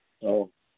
ꯑꯧ